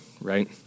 right